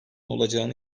olacağını